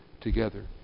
together